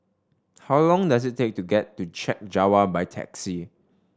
how long does it take to get to Chek Jawa by taxi